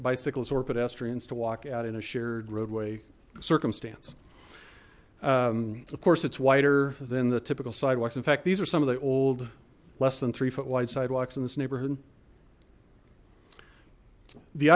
pedestrians to walk out in a shared roadway circumstance of course it's wider than the typical sidewalks in fact these are some of the old less than three foot wide sidewalks in this neighborhood the